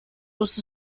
muss